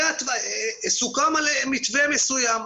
סוכם על מתווה מסוים.